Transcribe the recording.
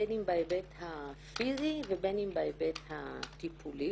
בין אם בהיבט הפיזי ובין אם בהיבט הטיפולי.